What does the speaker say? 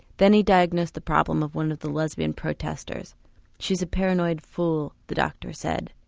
then he diagnosed the problem of one of the lesbian protesters she's a paranoid fool the doctor said,